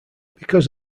because